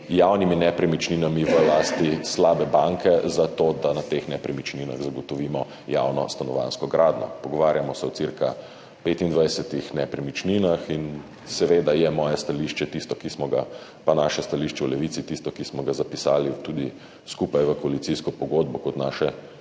javnimi nepremičninami v lasti slabe banke, zato da na teh nepremičninah zagotovimo javno stanovanjsko gradnjo. Pogovarjamo se o cirka 25 nepremičninah. Seveda je moje stališče pa naše stališče v Levici tisto, ki smo ga zapisali tudi skupaj v koalicijsko pogodbo kot naše